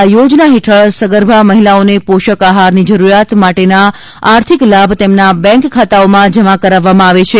આ યોજના હેઠળ સગર્ભ મહિલાઓને પોષક આહારની જરૂરીયાત માટેના આર્થિક લાભ તેમના બેંક ખાતાઓમાં જમા કરાવવામાં આવે છે